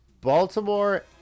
baltimore